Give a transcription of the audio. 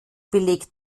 beleg